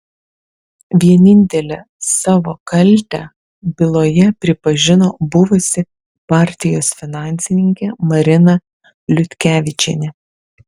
vienintelė savo kaltę byloje pripažino buvusi partijos finansininkė marina liutkevičienė